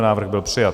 Návrh byl přijat.